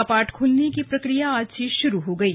कपाट खुलने की प्रक्रिया आज से शुरू हो गयी